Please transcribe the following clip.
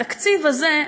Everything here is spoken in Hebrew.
התקציב הזה,